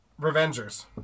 revengers